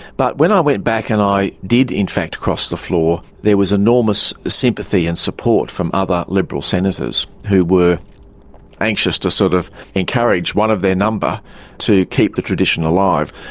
but when i went back and i did in fact cross the floor there was enormous sympathy and support from other liberal senators who were anxious to sort of encourage one of their number to keep the tradition alive,